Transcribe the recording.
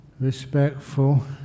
respectful